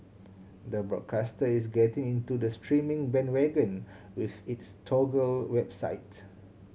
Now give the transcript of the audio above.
the broadcaster is getting into the streaming bandwagon with its Toggle website